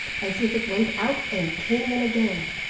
as if it went out and came in again.